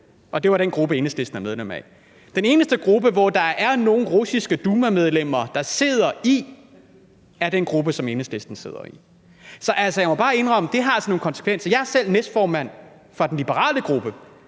Og det var den gruppe, Enhedslisten er medlem af. Den eneste gruppe, hvori der sidder nogle russiske dumamedlemmer, er den gruppe, som Enhedslisten sidder i. Så jeg må bare indrømme, at det altså har nogle konsekvenser. Jeg er selv næstformand for den liberale gruppe,